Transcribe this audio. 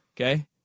Okay